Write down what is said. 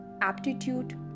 aptitude